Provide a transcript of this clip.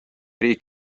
riik